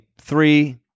three